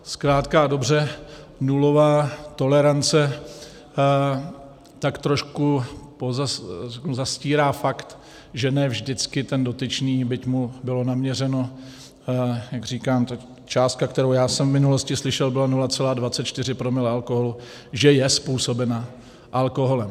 Zkrátka a dobře, nulová tolerance tak trošku zastírá fakt, že ne vždycky ten dotyčný, byť mu bylo naměřeno, jak říkám, ta částka, kterou já jsem v minulosti slyšel, byla 0,24 promile alkoholu, že je způsobena alkoholem.